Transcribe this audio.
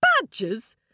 Badgers